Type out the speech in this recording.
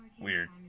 weird